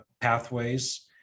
pathways